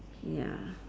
ya